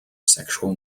sexual